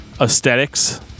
aesthetics